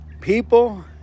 People